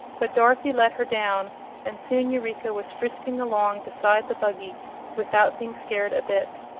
but dorothy let her down and soon eureka was frisking along beside the buggy without being scared a bit.